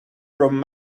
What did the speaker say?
from